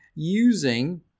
using